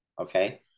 okay